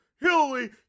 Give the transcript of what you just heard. Hillary